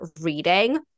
reading